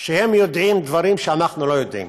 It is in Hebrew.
שהם יודעים דברים שאנחנו לא יודעים.